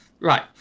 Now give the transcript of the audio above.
right